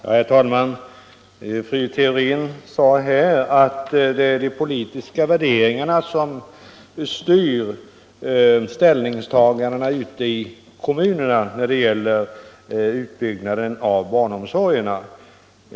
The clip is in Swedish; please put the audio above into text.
Herr talman! Fru Theorin sade att det är de politiska värderingarna som styr kommunernas ställningstaganden när det gäller utbyggnaden av barnomsorgerna.